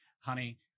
honey